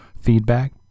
feedback